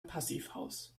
passivhaus